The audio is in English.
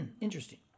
interesting